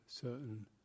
certain